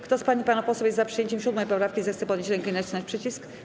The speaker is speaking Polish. Kto z pań i panów posłów jest za przyjęciem 7. poprawki, zechce podnieść rękę i nacisnąć przycisk.